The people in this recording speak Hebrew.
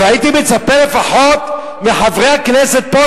אבל הייתי מצפה לפחות מחברי הכנסת פה,